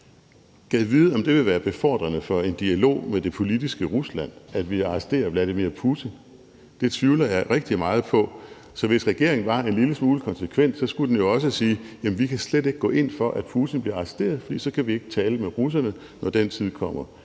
Gad vide, om det vil være befordrende for en dialog med det politiske Rusland, at vi arresterer Vladimir Putin? Det tvivler jeg rigtig meget på, så hvis regeringen var en lille smule konsekvent, skulle den jo også sige, at den slet ikke kan gå ind for, at Putin bliver arresteret, fordi vi så ikke kan tale med russerne, når den tid kommer.